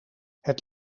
het